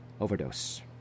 Overdose